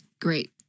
Great